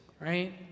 right